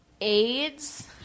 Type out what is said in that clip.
AIDS